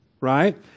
right